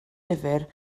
lyfr